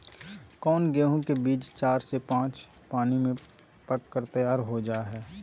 कौन गेंहू के बीज चार से पाँच पानी में पक कर तैयार हो जा हाय?